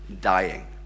dying